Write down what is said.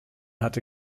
hatte